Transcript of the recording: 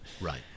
Right